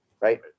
right